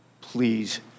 please